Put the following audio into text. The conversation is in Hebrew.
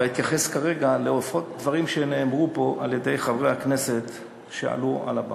ואתייחס כרגע לדברים שנאמרו פה על-ידי חברי הכנסת שעלו על הבמה.